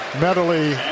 Medley